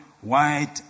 white